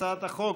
הצעת חוק